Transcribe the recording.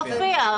איפה זה מופיע?